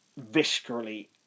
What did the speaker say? viscerally